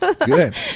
good